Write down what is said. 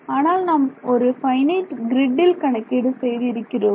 ஆனால் நாம் ஒரு ஃபைனைட் கிரிட்டில் கணக்கீடு செய்து இருக்கிறோம்